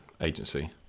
agency